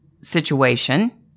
situation